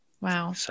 Wow